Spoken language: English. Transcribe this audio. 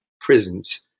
prisons